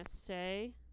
say